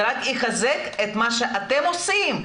זה רק יחזק את מה שאתם עושים.